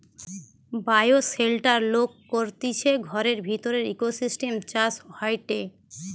bioshelter লোক করতিছে ঘরের ভিতরের ইকোসিস্টেম চাষ হয়টে